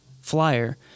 flyer